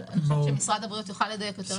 אבל אני חושבת שמשרד הבריאות יוכל לדייק יותר ממני.